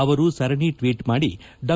ಅವರು ಸರಣಿ ಟ್ವೀಟ್ ಮಾಡಿ ಡಾ